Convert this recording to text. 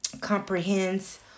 comprehends